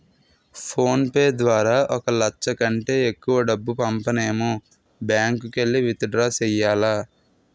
phone pay ద్వారా ఒక లచ్చ కంటే ఎక్కువ డబ్బు పంపనేము బ్యాంకుకెల్లి విత్ డ్రా సెయ్యాల